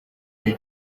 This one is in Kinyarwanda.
ibi